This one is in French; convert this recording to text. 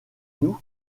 nous